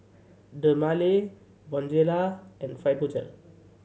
Dermale Bonjela and Fibogel